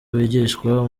bigishwa